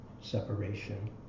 separation